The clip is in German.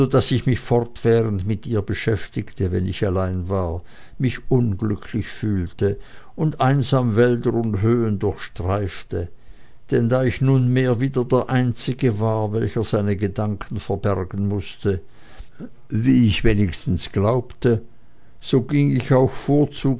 daß ich mich fortwährend mit ihr beschäftigte wenn ich allein war mich unglücklich fühlte und einsam wälder und höhen durchstreifte denn da ich nunmehr wieder der einzige war welcher seine gedanken verbergen mußte wie ich wenigstens glaubte so ging ich auch